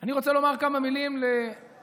אני רוצה לומר כמה מילים לאחיי,